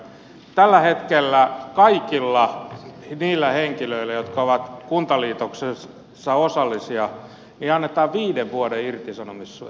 tällä hetkellä kaikille niille henkilöille jotka ovat kuntaliitoksessa osallisia annetaan viiden vuoden irtisanomissuoja